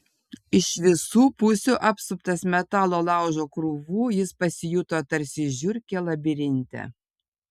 iš visų pusių apsuptas metalo laužo krūvų jis pasijuto tarsi žiurkė labirinte